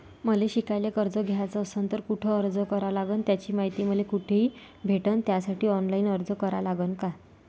मले शिकायले कर्ज घ्याच असन तर कुठ अर्ज करा लागन त्याची मायती मले कुठी भेटन त्यासाठी ऑनलाईन अर्ज करा लागन का?